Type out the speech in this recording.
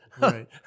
Right